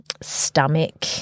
stomach